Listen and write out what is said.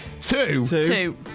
Two